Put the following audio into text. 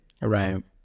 Right